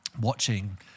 watching